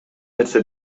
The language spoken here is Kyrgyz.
нерсе